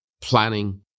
planning